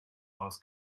aus